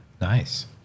nice